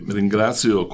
ringrazio